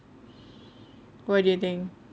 what do you think